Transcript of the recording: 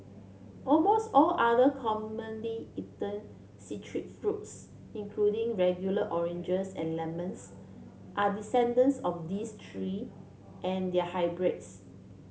almost all other commonly eaten citrus fruits including regular oranges and lemons are descendants of these three and their hybrids